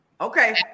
Okay